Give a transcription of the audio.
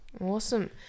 Awesome